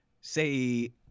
say